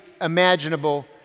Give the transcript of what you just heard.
imaginable